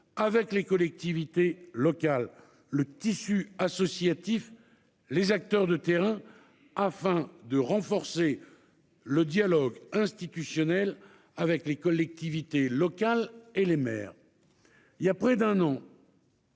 avec les collectivités locales, le tissu associatif et les acteurs de terrain, afin de renforcer le dialogue institutionnel avec les collectivités locales et les maires. Voilà près d'un an,